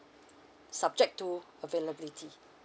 subject to availability